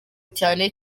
cyane